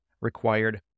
required